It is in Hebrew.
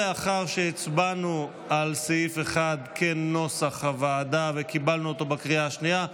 לאחר שהצבענו כנוסח הוועדה על סעיף 1 וקיבלנו אותו בקריאה השנייה,